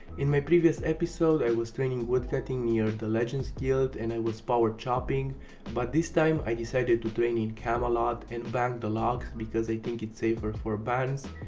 in my previous episode i was training woodcutting near legends guild and i was powerchopping but this time i decided to train in camelot and bank the logs because i think its safer for bans.